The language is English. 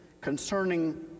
concerning